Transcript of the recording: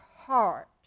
heart